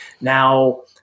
Now